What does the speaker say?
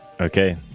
okay